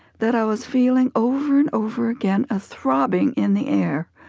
that i was feeling over and over again a throbbing in the air,